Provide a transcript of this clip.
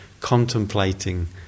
contemplating